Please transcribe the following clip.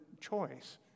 choice